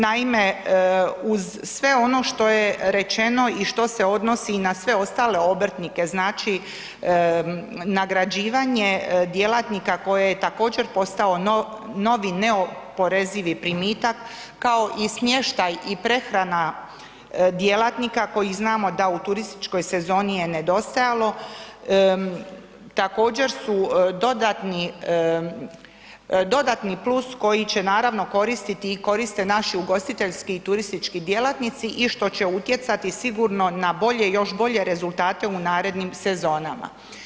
Naime, uz sve ono što je rečeno i što se odnosi i na sve ostale obrtnike, znači nagrađivanje djelatnika koje je također postao novi neoporezivi primitak, kao i smještaj i prehrana djelatnika kojih znamo da u turističkoj sezoni je nedostajalo, također su dodatni, dodatni plus koji će naravno koristiti i koriste naši ugostiteljski i turistički djelatnici i što će utjecati sigurno na bolje, još bolje rezultate u narednim sezonama.